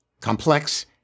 complex